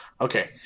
Okay